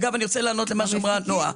אגב, אני רוצה לענות למה שאמרה נועה.